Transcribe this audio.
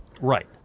Right